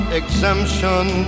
exemption